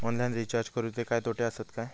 Online recharge करुचे काय तोटे आसत काय?